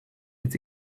its